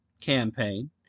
campaign